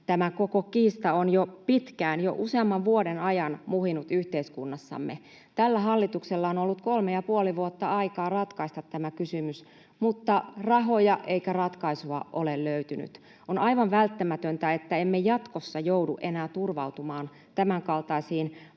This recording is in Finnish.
tämä koko kiista on jo pitkään, jo useamman vuoden ajan, muhinut yhteiskunnassamme. Tällä hallituksella on ollut kolme ja puoli vuotta aikaa ratkaista tämä kysymys, mutta ei rahoja eikä ratkaisua ole löytynyt. On aivan välttämätöntä, että emme jatkossa joudu enää turvautumaan tämänkaltaisiin